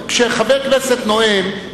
כשחבר כנסת נואם,